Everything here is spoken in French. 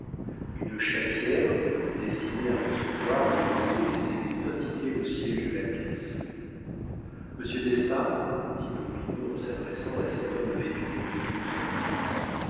une chatière destinée à recevoir ou à donner les écus indiquait le siége de la caisse monsieur d'espard dit popinot en s'adressant à cet homme vêtu d'une blouse grise